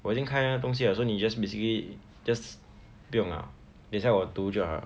我已经开那个东西 liao so 你 just basically just 不用 lah 等下我读就好